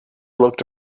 looked